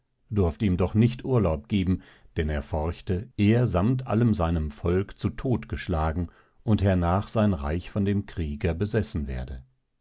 durft ihm doch nicht urlaub geben dann er forchte er sammt allem seinen volk zu todt geschlagen und hernach sein reich von dem krieger besessen werde